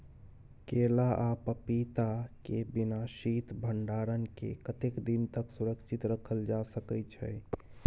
केला आ पपीता के बिना शीत भंडारण के कतेक दिन तक सुरक्षित रखल जा सकै छै?